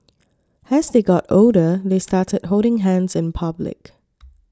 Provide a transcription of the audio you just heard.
as they got older they started holding hands in public